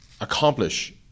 accomplish